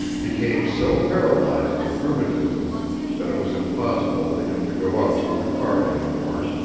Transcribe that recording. became so paralyzed with rheumatism that it was impossible for him to go out with the cart any more.